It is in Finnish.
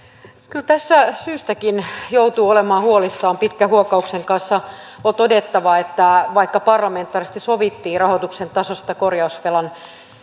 kyllä tässä syystäkin joutuu olemaan huolissaan pitkän huokauksen kanssa on todettava että vaikka parlamentaarisesti sovittiin rahoituksen tasosta korjausvelan